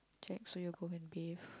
check so you go home and bathe